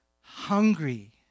hungry